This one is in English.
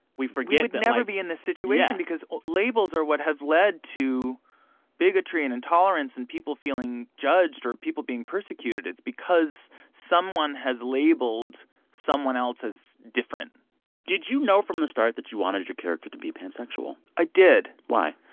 we would never be in this situation because labels are what have led to bigotry and intolerance and people feeling judged or people being persecuted. it's because someone has labeled someone else as different did you know from the start that you wanted your character to be pansexual? i did why?